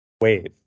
wave